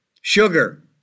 sugar